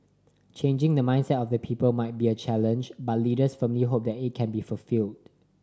changing the mindset of the people might be a challenge but leaders firmly hope that it can be fulfilled